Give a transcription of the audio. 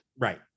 Right